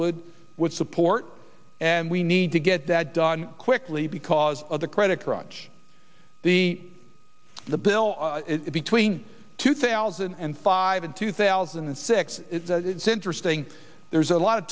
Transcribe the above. would would support and we need to get that done quickly because of the credit crunch the the bill between two thousand and five and two thousand and six it's interesting there's a lot of